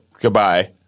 Goodbye